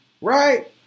Right